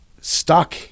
stuck